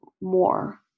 more